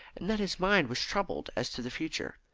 and that his mind was troubled as to the future.